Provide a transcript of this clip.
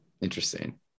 interesting